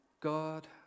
God